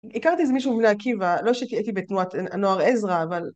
הכרתי איזה מישהו מבני עקיבא, לא שהייתי בתנועת הנוער עזרא, אבל...